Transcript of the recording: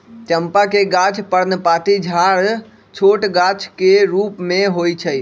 चंपा के गाछ पर्णपाती झाड़ छोट गाछ के रूप में होइ छइ